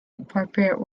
appropriate